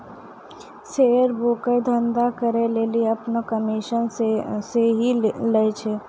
share broker धंधा करै लेली अपनो कमिशन सेहो लै छै